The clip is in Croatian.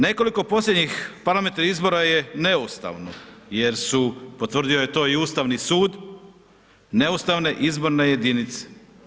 Nekoliko posljednjih parametri izbora je neustavno jer su, potvrdio je to i Ustavni sud, neustavne izborne jedinice.